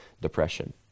depression